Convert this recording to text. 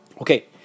okay